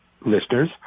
listeners